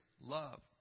love